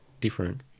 different